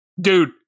Dude